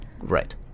Right